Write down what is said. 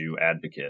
advocate